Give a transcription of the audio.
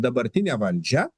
dabartinę valdžią